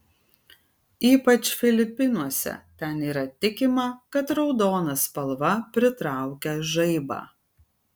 ypač filipinuose ten yra tikima kad raudona spalva pritraukia žaibą